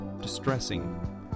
distressing